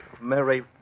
Mary